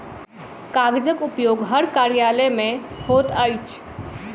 कागजक उपयोग हर कार्यालय मे होइत अछि